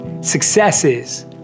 successes